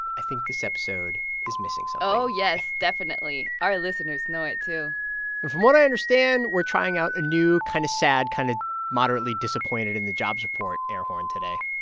i think this episode is missing something so oh, yes, definitely. our listeners know it, too from what i understand, we're trying out a new kind of sad, kind of moderately disappointed in the jobs report air horn today